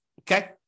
Okay